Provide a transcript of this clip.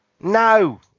No